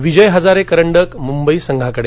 विजय हजारे करंडक मुंबई संघाकडे